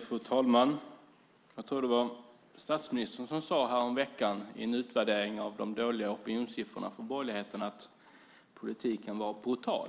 Fru talman! Jag tror att det var statsministern som häromveckan i en utvärdering av de dåliga opinionssiffrorna för borgerligheten sade att politiken är brutal.